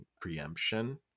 preemption